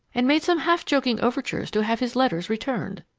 and made some half-joking overtures to have his letters returned.